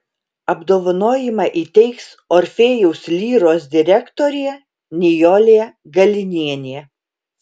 apdovanojimą įteiks orfėjaus lyros direktorė nijolė galinienė